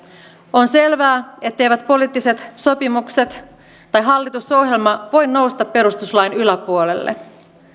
on selvää etteivät poliittiset sopimukset tai hallitusohjelma voi nousta perustuslain yläpuolelle